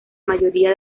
mayoría